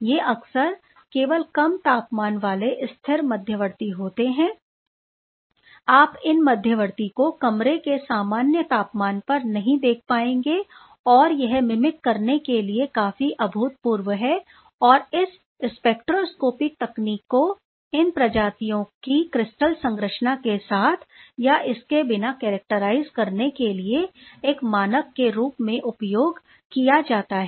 ये अक्सर केवल कम तापमान वाले स्थिर मध्यवर्ती होते हैं आप इन मध्यवर्ती को कमरे के सामान्य तापमान पर नहीं देख पाएंगे और यह मिमिक करने के लिए काफी अभूतपूर्व है और इस स्पेक्ट्रोस्कोपिक तकनीक को इन प्रजातियों को क्रिस्टल संरचना के साथ या इसके बिना कैरक्टराइज करने के लिए एक मानक के रूप में उपयोग किया जाता है